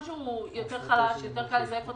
שהוא דרכון יותר חלש, יותר קל לזייף אותו,